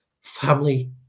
family